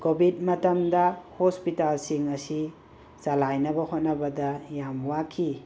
Covid ꯃꯇꯝꯗꯥ ꯍꯣꯁꯄꯤꯇꯥꯜꯁꯤꯡ ꯑꯁꯤ ꯆꯂꯥꯏꯅꯕ ꯍꯣꯠꯅꯕꯗꯥ ꯌꯥꯝ ꯋꯥꯈꯤ